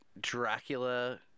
Dracula